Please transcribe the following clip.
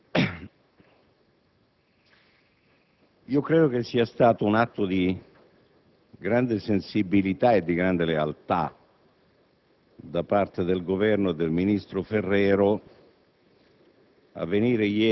credo sia stato un atto di grande sensibilità e lealtà da parte del Governo e del ministro Ferrero